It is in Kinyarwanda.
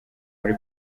muri